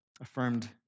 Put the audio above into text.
Affirmed